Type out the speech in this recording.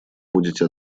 будете